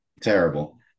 terrible